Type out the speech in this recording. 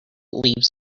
leaves